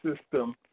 system